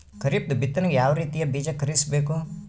ಖರೀಪದ ಬಿತ್ತನೆಗೆ ಯಾವ್ ರೀತಿಯ ಬೀಜ ಖರೀದಿಸ ಬೇಕು?